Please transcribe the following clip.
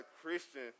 Christian